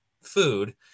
food